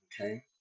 okay